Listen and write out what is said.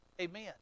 Amen